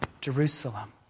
Jerusalem